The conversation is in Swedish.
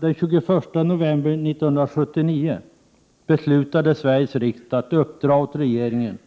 Den 21 november 1979 beslutade Sveriges riksdag att uppdra åt regeringen